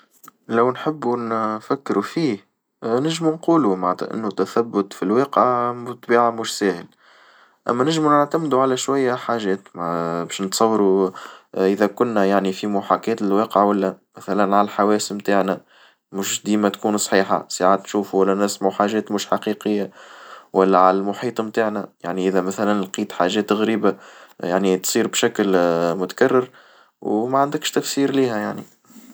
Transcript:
لو نحبو نفكرو فيه نجمو نقولو معنتها إنو تثبت في الواقعة بالطبيعة مش سهل، أما نجمو نعتمدو على شوية حاجات باش نتصورو إذا كنا يعني في محاكاة للواقع والا مثلًا على الحواس نتاعنا، مش ديما تكون صحيحة ساعات تشوفو والا نسمعو حاجات مش حقيقية والا على المحيط متاعنا يعني إذا مثلا لقيت حاجات غريبة يعني تصير بشكل متكرر ومعندكش تفسير ليها يعني.